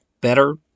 better